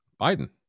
Biden